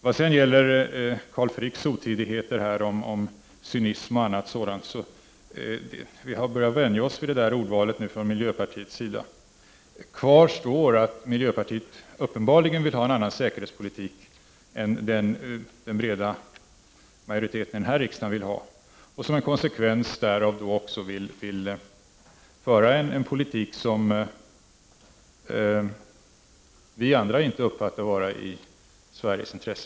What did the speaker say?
Vad sedan gäller Carl Fricks otidigheter om cynism och annat sådant vill jag säga att vi har börjat vänja oss vid detta ordval från miljöpartiets sida. Kvar står att miljöpartiet uppenbarligen vill ha en annan säkerhetspolitik än den breda majoriteten i denna riksdag vill ha. Som konsekvens vill miljöpartiet också föra en politik som vi andra inte uppfattar vara i Sveriges intresse.